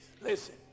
Listen